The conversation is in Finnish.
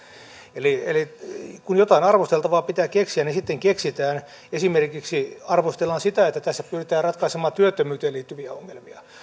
eli eli kun jotain arvosteltavaa pitää keksiä niin sitten keksitään esimerkiksi arvostellaan sitä että tässä pyritään ratkaisemaan työttömyyteen liittyviä ongelmia